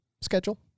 schedule